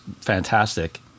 fantastic